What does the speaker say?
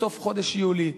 בסוף חודש יולי.